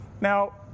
Now